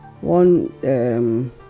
one